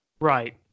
Right